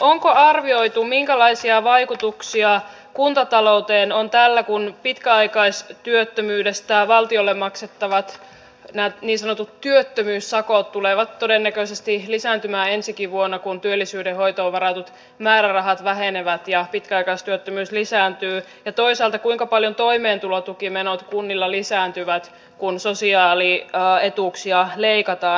onko arvioitu minkälaisia vaikutuksia kuntatalouteen on tällä kun pitkäaikaistyöttömyydestä valtiolle maksettavat nämä niin sanotut työttömyyssakot tulevat todennäköisesti lisääntymään ensikin vuonna kun työllisyyden hoitoon varatut määrärahat vähenevät ja pitkäaikaistyöttömyys lisääntyy ja toisaalta kuinka paljon toimeentulotukimenot kunnilla lisääntyvät kun sosiaalietuuksia leikataan